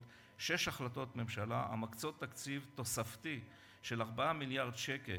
שש החלטות ממשלה המקצות תקציב תוספתי של 4 מיליארד ש"ח